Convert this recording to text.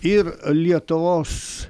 ir lietuvos